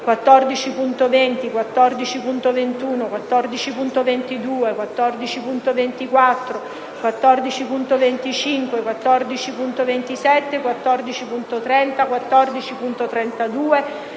14.20, 14.21, 14.22, 14.24, 14.25, 14.27, 14.30, 14.32,